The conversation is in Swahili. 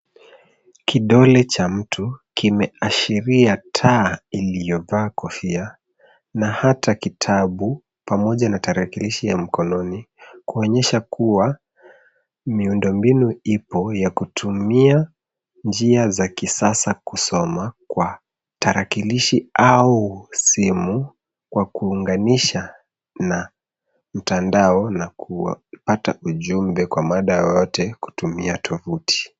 Kidole cha mtu kimeashiria taa iliyovaa kofia na hata kitabu pamoja na tarakilishi ya mkononi kuonyesha kuwa miundombinu ipo ya kutumia njia za kisasa kusoma kwa tarakilishi au simu kwa kuunganisha na mtandao na kupata ujumbe kwa mada yoyote kutumia tovuti.